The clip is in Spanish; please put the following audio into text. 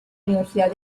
universidad